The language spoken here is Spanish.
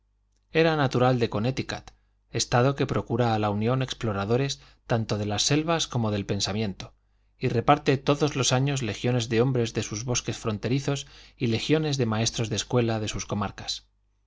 era natural de connécticut estado que procura a la unión exploradores tanto de las selvas como del pensamiento y reparte todos los años legiones de hombres de sus bosques fronterizos y legiones de maestros de escuela de sus comarcas